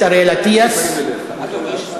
2769, 2777, 2784, 2788, 2804 ו-2805.